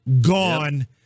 Gone